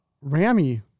Rami